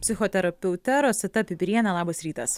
psichoterapeute rosita pipiriene labas rytas